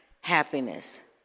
happiness